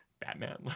Batman